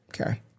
Okay